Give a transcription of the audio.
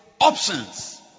options